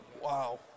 Wow